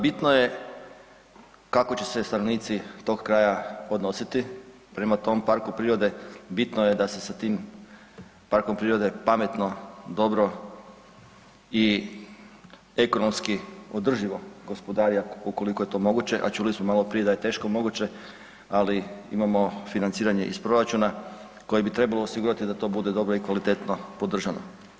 Bitno je kako će se stanovnici tog kraja odnositi prema tom parku prirode, bitno je da se sa tim parkom prirode pametno, dobro i ekonomski održivo gospodari ukoliko je to moguće, a čuli smo maloprije da je teško moguće, ali imamo financiranje iz proračuna koje bi trebalo osigurati da to bude dobro i kvalitetno podržano.